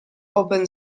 open